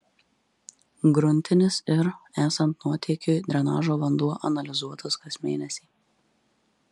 gruntinis ir esant nuotėkiui drenažo vanduo analizuotas kas mėnesį